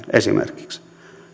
esimerkiksi